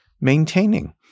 maintaining